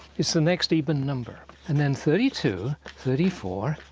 is the next eban number. and then thirty two, thirty four,